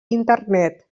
internet